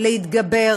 להתגבר